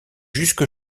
jusque